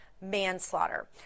manslaughter